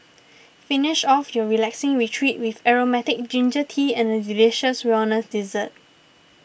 finish off your relaxing retreat with aromatic ginger tea and a delicious wellness dessert